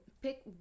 pick